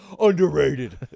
Underrated